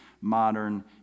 modern